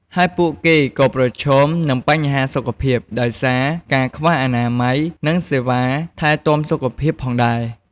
ហើយពួកគេក៏ប្រឈមនឹងបញ្ហាសុខភាព ដោយសារការខ្វះអនាម័យ និងសេវាថែទាំសុខភាពផងដែរ។